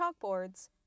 chalkboards